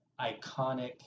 iconic